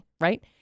right